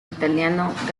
italiano